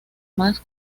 más